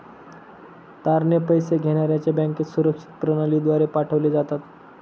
तारणे पैसे घेण्याऱ्याच्या बँकेत सुरक्षित प्रणालीद्वारे पाठवले जातात